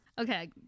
Okay